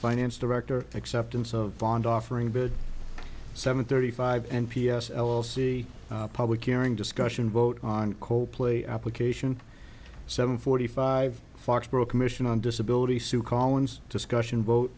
finance director acceptance of bond offering bill seven thirty five n p s l l c public hearing discussion vote on coldplay application seven forty five foxboro commission on disability sue collins discussion vote